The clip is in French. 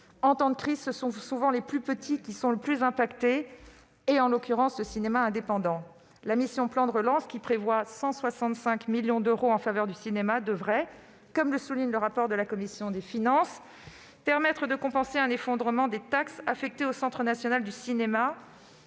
En temps de crise, ce sont les plus petites structures qui sont le plus souvent touchées, en l'occurrence le cinéma indépendant. La mission « Plan de relance », qui prévoit 165 millions d'euros en faveur du cinéma, devrait, comme le souligne le rapport de la commission des finances, permettre de compenser un effondrement des taxes affectées au Centre national du cinéma